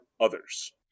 others